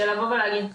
שלבוא ולהגיד,